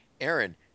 Aaron